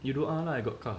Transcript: you doa lah I got car